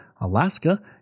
Alaska